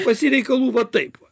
pas jį reikalų va taip va